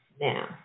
now